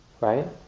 right